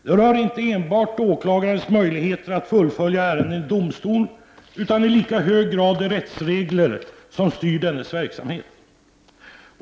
Det rör inte enbart åklagarens möjligheter att fullfölja ärenden i domstol utan i lika hög grad de rättsregler som styr dennes verksamhet.